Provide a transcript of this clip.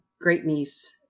great-niece